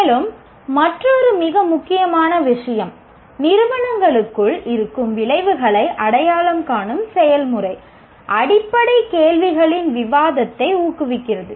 மேலும் மற்றொரு மிக முக்கியமான விஷயம் நிறுவனங்களுக்குள் இருக்கும் விளைவுகளை அடையாளம் காணும் செயல்முறை அடிப்படை கேள்விகளின் விவாதத்தை ஊக்குவிக்கிறது